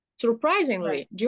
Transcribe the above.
surprisingly